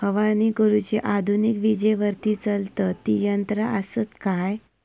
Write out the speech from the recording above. फवारणी करुची आधुनिक विजेवरती चलतत ती यंत्रा आसत काय?